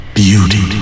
beauty